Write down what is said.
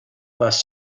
bus